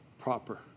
proper